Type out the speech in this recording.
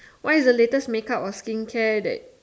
what is the latest make up or skincare that